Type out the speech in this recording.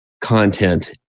content